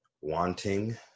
wanting